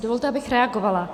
Dovolte, abych reagovala.